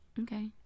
Okay